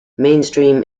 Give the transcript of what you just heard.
mainstream